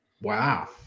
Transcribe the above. Wow